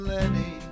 Lenny